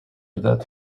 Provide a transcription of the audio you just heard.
ciutat